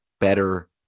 better